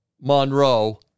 Monroe